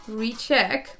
recheck